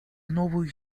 новую